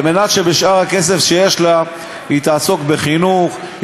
כדי שבשאר הכסף שיש לה היא תעסוק בחינוך,